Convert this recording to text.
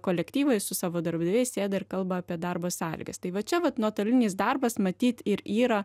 kolektyvai su savo darbdaviais sėda ir kalba apie darbo sąlygas tai va čia vat nuotolinis darbas matyt ir yra